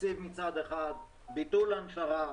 תקציב מצד אחד, ביטול הנשרה,